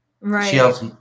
Right